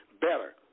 better